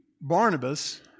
Barnabas